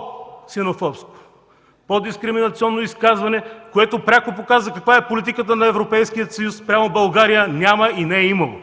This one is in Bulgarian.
По-ксенофобско, по-дискриминационно изказване, което пряко показва каква е политиката на Европейския съюз спрямо България, няма и не е имало.